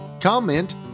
comment